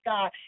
God